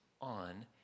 on